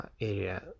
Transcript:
area